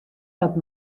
dat